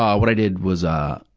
um what i did was, ah,